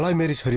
yeah marriage but